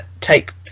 take